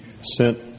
sent